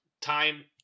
time